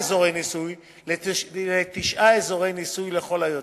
אזורי ניסוי לתשעה אזורי ניסוי לכל היותר,